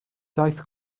daeth